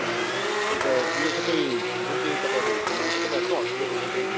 ए अन्त यो सबै जुन चाहिँ तपाईँले घुमाउनु हुन्छ तपाईँहरूकै होटलले घुमाउँछ नि